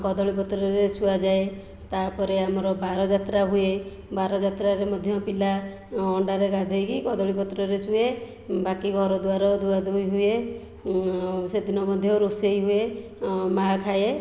କଦଳୀ ପତ୍ରରେ ଶୁଆଯାଏ ତା ପରେ ଆମର ବାର ଯାତ୍ରା ହୁଏ ବାର ଯାତ୍ରାରେ ମଧ୍ୟ ପିଲା ଅଣ୍ଡାରେ ଗାଧେଇ କି କଦଳୀ ପତ୍ରରେ ଶୁଏ ବାକି ଘର ଦୁଆର ଧୁଆ ଧୁଇ ହୁଏ ସେଦିନ ମଧ୍ୟ ରୋଷେଇ ହୁଏ ମା ଖାଏ